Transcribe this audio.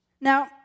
Now